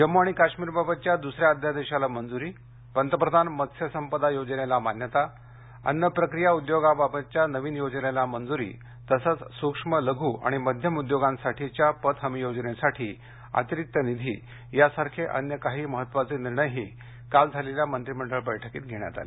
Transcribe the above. जम्मू आणि काश्मीरबाबतच्या दुसऱ्या अध्यादेशाला मंजूरी पंतप्रधान मत्स्य संपदा योजनेला मान्यता अन्न प्रक्रिया उद्योगाबाबतच्या नवीन योजनेला मंजूरी तसंच सूक्ष्म लघु आणि मध्यम उद्योगांसाठीच्या पत हमी योजनेसाठी अतिरिक्त निधी यासारखे अन्य काही महत्त्वाचे निर्णयही काल झालेल्या मंत्रीमंडळ बैठकीत घेण्यात आले